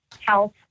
health